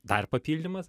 dar papildymas